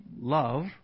love